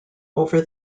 over